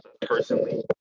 Personally